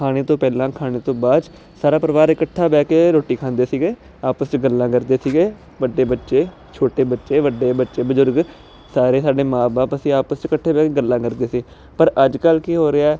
ਖਾਣੇ ਤੋਂ ਪਹਿਲਾਂ ਖਾਣੇ ਤੋਂ ਬਾਅਦ ਸਾਰਾ ਪਰਿਵਾਰ ਇਕੱਠਾ ਬਹਿ ਕੇ ਰੋਟੀ ਖਾਂਦੇ ਸੀਗੇ ਆਪਸ ਚ ਗੱਲਾਂ ਕਰਦੇ ਸੀਗੇ ਵੱਡੇ ਬੱਚੇ ਛੋਟੇ ਬੱਚੇ ਵੱਡੇ ਬੱਚੇ ਬਜ਼ੁਰਗ ਸਾਰੇ ਸਾਡੇ ਮਾਂ ਬਾਪ ਅਸੀਂ ਆਪਸ ਚ ਇਕੱਠੇ ਬਹਿ ਕੇ ਗੱਲਾਂ ਕਰਦੇ ਸੀ ਪਰ ਅੱਜ ਕੱਲ ਕੀ ਹੋ ਰਿਹਾ